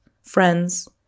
friends